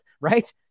right